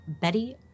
Betty